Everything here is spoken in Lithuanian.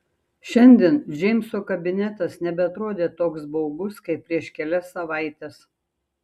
šiandien džeimso kabinetas nebeatrodė toks baugus kaip prieš kelias savaites